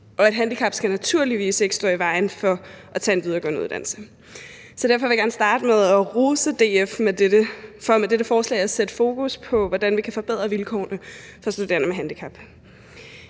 og at handicap naturligvis ikke skal stå i vejen for at tage en videregående uddannelse. Så derfor vil jeg gerne starte med at rose DF for med dette forslag at sætte fokus på, hvordan vi kan forbedre vilkårene for studerende med handicap.